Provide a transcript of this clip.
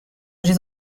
چیز